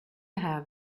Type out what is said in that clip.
have